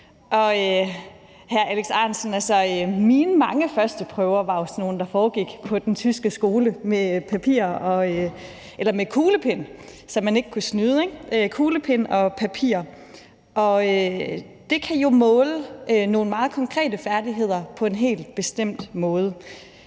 Hr. Alex Ahrendtsen, mine mange første prøver var jo sådan nogle, der foregik på den tyske skole, med kuglepen og papir, så man ikke kunne snyde. Det kan jo måle nogle meget konkrete færdigheder på en helt bestemt måde,